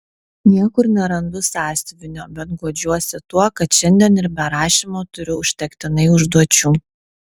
niekur nerandu sąsiuvinio bet guodžiuosi tuo kad šiandien ir be rašymo turiu užtektinai užduočių